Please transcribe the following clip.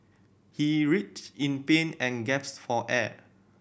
he writhed in pain and gaps for air